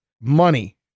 money